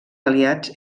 aliats